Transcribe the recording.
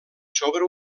sobre